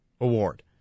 award